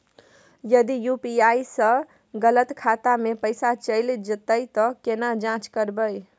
यदि यु.पी.आई स गलत खाता मे पैसा चैल जेतै त केना जाँच करबे?